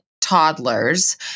toddlers